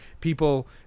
people